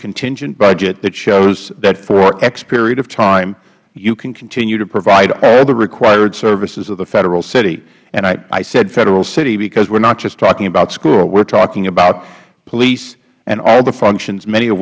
contingent budget that shows that for x period of time you can continue to provide all the required services of the federal city and i said federal city because we're not just talking about school we're talking about police and all the functions many of